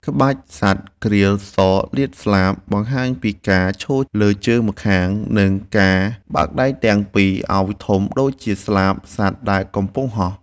ក្បាច់ សត្វក្រៀលសលាតស្លាប បង្ហាញពីការឈរលើជើងម្ខាង និងការបើកដៃទាំងពីរឱ្យធំដូចជាស្លាបសត្វដែលកំពុងហោះ។